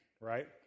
right